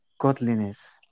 godliness